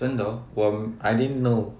真的我 I didn't know